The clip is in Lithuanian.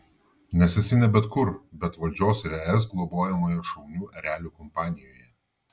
nes esi ne bet kur bet valdžios ir es globojamoje šaunių erelių kompanijoje